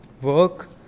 work